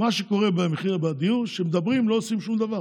מה שקורה במחירים בדיור הוא שכשמדברים לא עושים שום דבר.